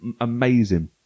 amazing